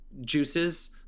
juices